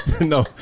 No